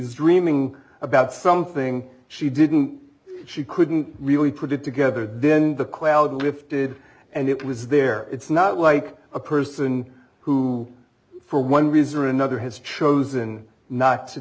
was dreaming about something she didn't she couldn't really put it together then the quality lifted and it was there it's not like a person who for one reason or another has chosen not to